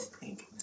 pink